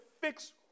fix